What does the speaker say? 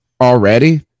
already